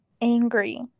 angry